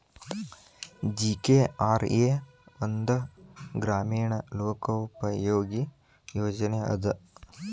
GKRA ಒಂದ ಗ್ರಾಮೇಣ ಲೋಕೋಪಯೋಗಿ ಯೋಜನೆ ಅದ